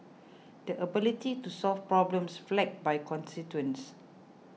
the ability to solve problems flagged by constituents